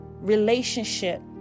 relationship